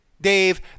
Dave